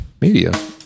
media